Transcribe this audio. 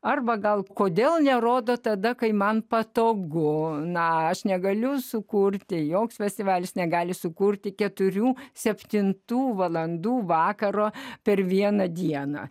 arba gal kodėl nerodo tada kai man patogu na aš negaliu sukurti joks festivalis negali sukurti keturių septintų valandų vakaro per vieną dieną